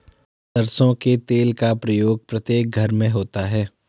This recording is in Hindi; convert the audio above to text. सरसों के तेल का प्रयोग प्रत्येक घर में होता है